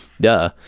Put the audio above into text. Duh